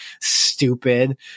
stupid